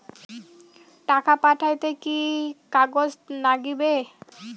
টাকা পাঠাইতে কি কাগজ নাগীবে?